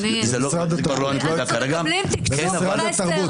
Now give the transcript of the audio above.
אדוני, אנחנו מקבלים תקצוב בחסר